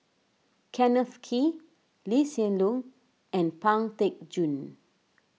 Kenneth Kee Lee Hsien Loong and Pang Teck Joon